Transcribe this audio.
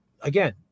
Again